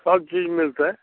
सबचीज मिलतै